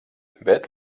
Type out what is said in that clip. bet